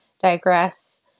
digress